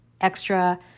extra